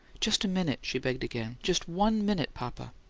just a minute, she begged again. just one minute, papa!